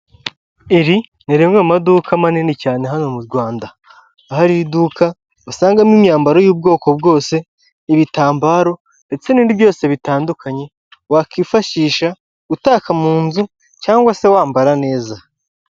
Iri ni rimwe mu maduka manini cyane hano mu Rwanda. Aho ari iduka, usangamo imyambaro y'ubwoko bwose, ibitambaro, ndetse n'indi byose bitandukanye, wakwifashisha, utaka mu nzu, cyangwa se wambara neza.